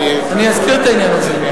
אני אזכיר את העניין הזה.